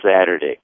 Saturday